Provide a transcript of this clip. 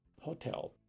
hotel